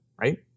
right